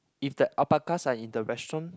if the alpacas are in the restaurant